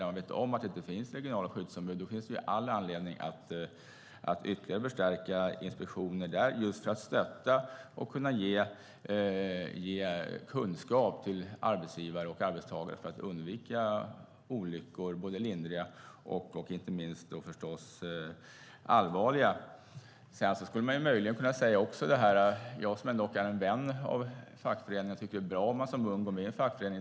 Där man vet om att det inte finns regionala skyddsombud finns det all anledning att ytterligare förstärka inspektionerna och kunna stötta och ge kunskap till arbetsgivare och arbetstagare för att undvika olyckor, både lindriga och inte minst allvarliga. Jag som dock är en vän av fackföreningar tycker att det är bra om man som ung går med i en fackförening.